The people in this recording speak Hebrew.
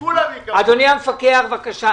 אדוני המפקח, בבקשה.